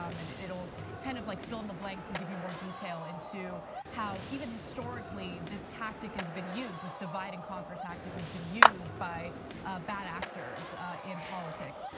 um and it will kind of like fill in the blanks and give you more detail into how even historically this tactic has been used, this divide and conquer tactic has been used by bad actors in politics,